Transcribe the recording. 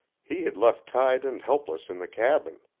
he had left tied and helpless in the cabin.